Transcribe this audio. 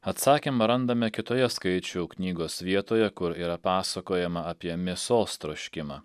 atsakymą randame kitoje skaičių knygos vietoje kur yra pasakojama apie mėsos troškimą